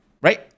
right